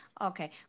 Okay